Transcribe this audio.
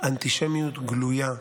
אנטישמיות גלויה.